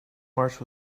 march